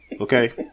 Okay